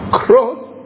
cross